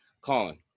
Colin